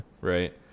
right